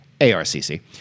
ARCC